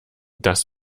das